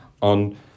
on